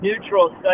neutral